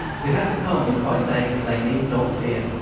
we had to calm them by saying that they need not fear,